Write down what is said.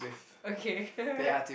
okay